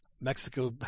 Mexico